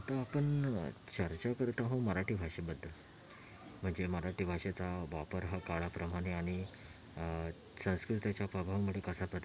आता आपण चर्चा करत आहोत मराठी भाषेबद्दल म्हणजे मराठी भाषेचा वापर हा काळाप्रमाणे आणि संस्कृतीच्या प्रभावामुळे कसा बदलला